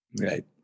Right